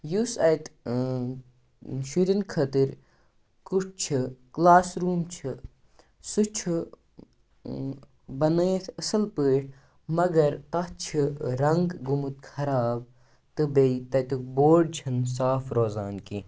یُس اَتہِ شُرٮ۪ن خٲطر کُٹھ چھِ کٕلاس روٗم چھِ سُہ چھُ بَنٲیِتھ اَصٕل پٲٹھۍ مگر تَتھ چھِ رنٛگ گوٚمُت خراب تہٕ بیٚیہِ تَتیُک بوڈ چھِنہٕ صاف روزان کینٛہہ